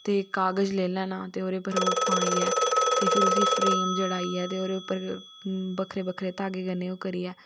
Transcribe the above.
ते कागज लेई लैना ओहदे उपर ओह् पाइयै फिर उसी फ्रेम जड़ाइये ते ओहदे उप्पर बक्खरे बक्खरे धागे कन्नै ओह् करियै